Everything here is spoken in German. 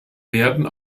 werden